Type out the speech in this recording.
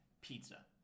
pizza